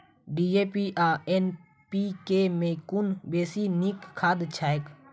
DAP आ NPK मे कुन बेसी नीक खाद छैक?